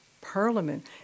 parliament